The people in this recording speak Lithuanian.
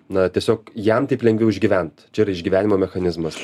na tiesiog jam taip lengviau išgyvent čia yra išgyvenimo mechanizmas